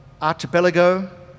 Archipelago